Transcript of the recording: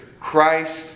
Christ